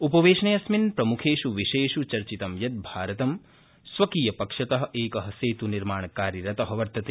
उपवेशनेऽस्मिन् प्रमुखेष् विषयेष् चचितं यत् भारतं स्वकीय पक्षत एक सेत्निर्माणकार्यरत वर्तते